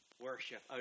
Worship